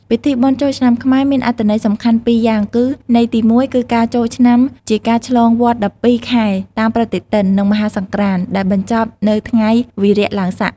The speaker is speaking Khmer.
ពិធីបុណ្យចូលឆ្នាំខ្មែរមានអត្ថន័យសំខាន់ ២ យ៉ាងគឺ ន័យទី ១ គឺការចូលឆ្នាំជាការឆ្លងវដ្ត ១២ ខែ តាមប្រតិទិន និងមហាសង្ក្រាន្ត ដែលបញ្ចប់នៅថ្ងៃវារៈឡើងស័ក។